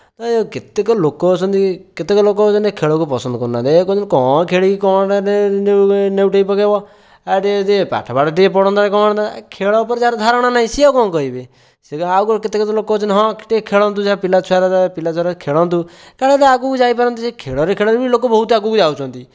ତ କେତେକ ଲୋକ ଅଛନ୍ତି କେତେକ ଲୋକ ଅଛନ୍ତି କ ଖେଳକୁ ପସନ୍ଦ କରୁନାହାନ୍ତି ଏ କ'ଣ ଖେଳିକି କ'ଣ ଲେଉଟାଇ ପକାଇବ ଆରେ ଟିକେ ପାଠ ପଢ଼ନ୍ତା କି କ'ଣ କରନ୍ତା ଖେଳ ଉପରେ ଯାହାର ଧାରଣା ନାହିଁ ସିଏ ଆଉ କ'ଣ କହିବେ ଆଉ କେତେକ ଲୋକ ଅଛନ୍ତି କହିବେ ହଁ ଟିକେ ଖେଳନ୍ତୁ ପିଲାଛୁଆରା ଖେଳନ୍ତୁ କାଳେ ଆଗକୁ ଯାଇପରନ୍ତି ସେହି ଖେଳରେ ଖେଳରେ ବି ଲୋକ ବହୁତ ଆଗକୁ ଯାଉଛନ୍ତି